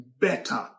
better